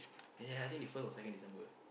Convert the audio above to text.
ya ya ya I think they first or second December